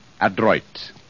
adroit